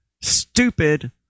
stupid